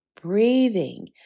Breathing